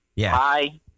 Hi